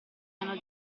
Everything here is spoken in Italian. hanno